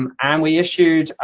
um and we issued,